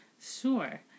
Sure